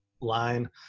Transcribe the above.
line